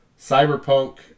cyberpunk